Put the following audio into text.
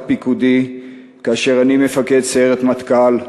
פיקודי כאשר אני מפקד סיירת מטכ"ל,